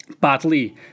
badly